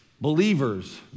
believers